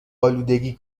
آلودگی